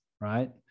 Right